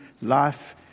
life